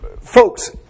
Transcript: Folks